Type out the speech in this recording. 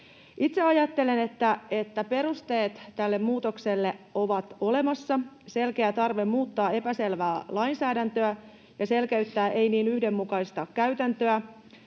Itse ajattelen, että perusteet tälle muutokselle ovat olemassa: selkeä tarve muuttaa epäselvää lainsäädäntöä ja selkeyttää ei niin yhdenmukaista käytäntöä.